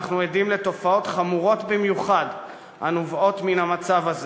אנחנו עדים לתופעות חמורות במיוחד הנובעות מן המצב הזה.